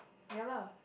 ya lah